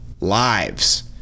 Lives